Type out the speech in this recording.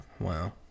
Wow